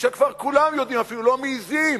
כשכבר כולם יודעים ואפילו לא מעזים